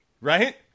Right